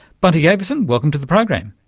bunty avieson, welcome to the program.